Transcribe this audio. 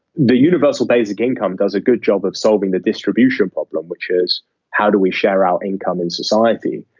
the universal basic income does a good job of solving the distribution problem, which is how do we share our income in society.